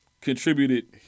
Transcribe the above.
contributed